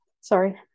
sorry